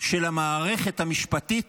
של המערכת המשפטית